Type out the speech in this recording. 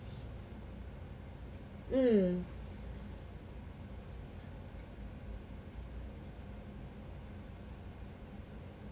mm